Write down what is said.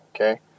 okay